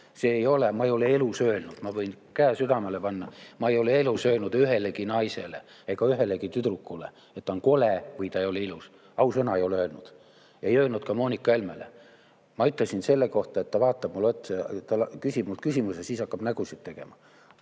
Ma ei ole elu sees öelnud, ma võin käe südamele panna, ma ei ole elu sees öelnud ühelegi naisele ega ühelegi tüdrukule, et ta on kole või ta ei ole ilus. Ausõna ei ole öelnud. Ei öelnud ka Moonika Helmele. Ma ütlesin selle kohta, et ta vaatab mulle otsa ja küsib mult küsimusi ja siis hakkab nägusid tegema,